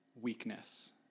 weakness